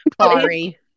Sorry